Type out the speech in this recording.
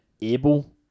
able